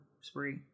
spree